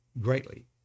greatly